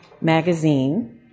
magazine